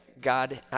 God